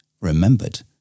remembered